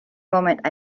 moment